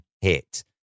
hit